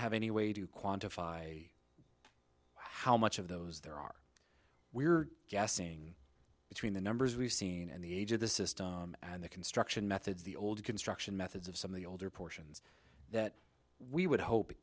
have any way to quantify how much of those there are we're guessing between the numbers we've seen and the age of the system and the construction methods the old construction methods of some of the older portions that we would hope